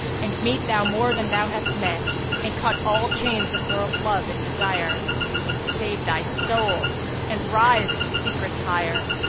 and meet thou more than thou hast met and cut all chains of world-love and desire and save thy soul and rise to secrets higher.